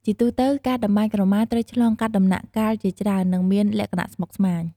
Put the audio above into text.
ជាទូទៅការតម្បាញក្រមាត្រូវឆ្លងកាត់ដំណាក់កាលជាច្រើន និងមានលក្ចណៈស្មុកស្មាញ។